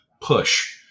push